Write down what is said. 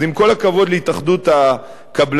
אז עם כל הכבוד להתאחדות הקבלנים,